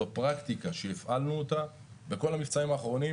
זו פרקטיקה שהפעלנו אותה בכל המבצעים האחרונים,